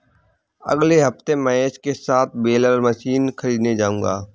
अगले हफ्ते महेश के साथ बेलर मशीन खरीदने जाऊंगा